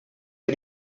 que